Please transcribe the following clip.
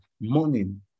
morning